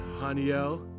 Haniel